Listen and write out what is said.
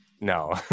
No